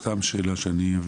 יש לי שאלה, כדי שאבין,